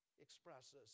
expresses